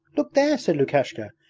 look there said lukashka,